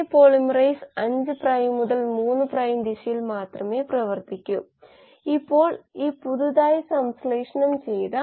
ഇപ്പോൾ ഇത് മാട്രിക്സുകൾ അടങ്ങുന്ന ഒരു സമവാക്യമാണ് നമ്മൾ ഇവ കൈമാറ്റം ചെയ്യുകയും ആദ്യത്തെ മാട്രിക്സിന്റെ ഇൻവേഴ്സ് ഉപയോഗിച്ച് ഇരുവശവും ഗുണിക്കുകയും ചെയ്യുന്നു